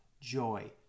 joy